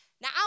Now